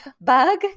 bug